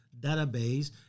database